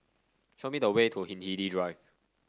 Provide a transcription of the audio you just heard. show me the way to Hindhede Drive